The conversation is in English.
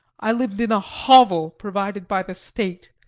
i lived in a hovel provided by the state,